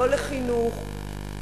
לא לחינוך,